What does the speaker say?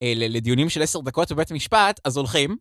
לדיונים של 10 דקות בבית המשפט, אז הולכים.